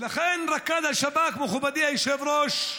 רכז השב"כ, מכובדי היושב-ראש,